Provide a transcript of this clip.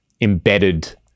embedded